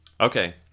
Okay